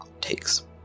takes